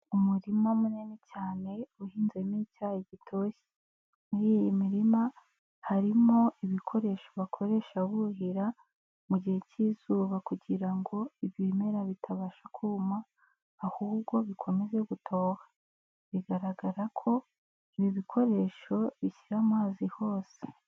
umurima munini cyane uhinzemo icyayi gitoshye, muri iyi mirima harimo ibikoresho bakoresha buhira mu gihe cyizuba kugirango ibimera bitabasha kuma ahubwo bikomeze gutoha, bigaragara ko ibi bikoresho bishyira amazi hose.